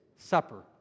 Supper